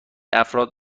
افراد